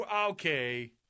Okay